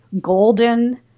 Golden